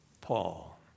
Paul